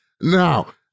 Now